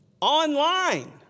online